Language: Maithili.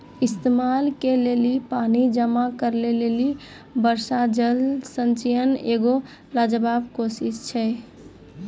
इस्तेमाल के लेली पानी जमा करै लेली वर्षा जल संचयन एगो लाजबाब कोशिश छै